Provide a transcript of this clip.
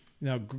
Now